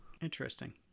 Interesting